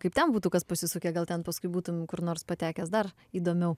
kaip ten būtų kas pasisukę gal ten paskui būtum kur nors patekęs dar įdomiau